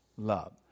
Love